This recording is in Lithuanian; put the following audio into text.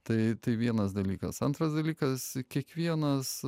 tai tai vienas dalykas antras dalykas kiekvienas